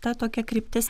ta tokia kryptis